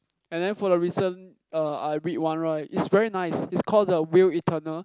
and then for the recent uh I read one right is very nice is called the Wheel Eternal